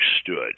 stood